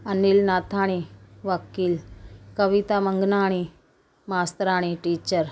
अनिल नथाणी वकील कविता मंगनाणी मास्तराणी टीचर